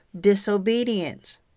disobedience